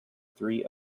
three